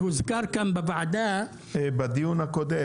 שאוזכר כאן בוועדה --- בדיון הקודם,